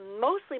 mostly